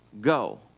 go